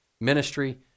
ministry